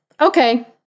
okay